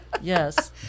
yes